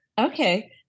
Okay